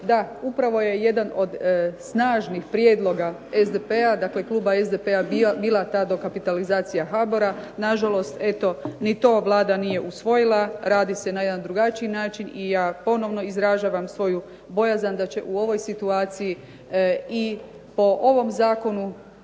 Da, upravo je jedan od snažnih prijedloga SDP-a, dakle kluba SDP-a bila ta dokapitalizacija HBOR-a. Nažalost, eto ni to Vlada nije usvojila, radi se na jedan drugačiji način i ja ponovno izražavam svoju bojazan da će u ovoj situaciji i po ovom zakonu